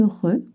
heureux